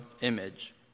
image